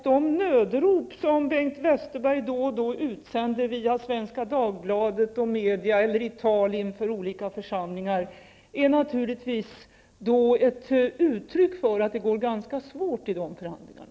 De nödrop som Bengt Westerberg då och då utsänder via Svenska Dagbladet och övriga media, liksom i tal inför olika församlingar, är naturligtvis ett uttryck för att det går ganska svårt i de där förhandlingarna.